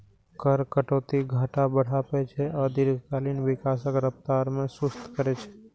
कर कटौती घाटा बढ़ाबै छै आ दीर्घकालीन विकासक रफ्तार कें सुस्त करै छै